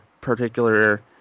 particular